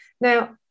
Now